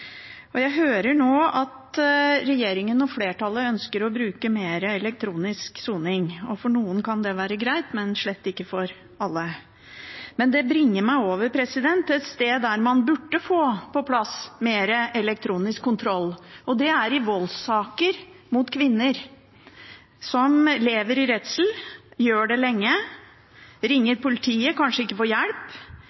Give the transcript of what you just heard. fengsel. Jeg hører nå at regjeringen og flertallet ønsker å bruke mer elektronisk soning. For noen kan det være greit, men slett ikke for alle. Det bringer meg over til et område der man burde få på plass mer elektronisk kontroll, og det er i voldssaker mot kvinner som lever i redsel, gjør det lenge,